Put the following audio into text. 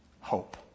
hope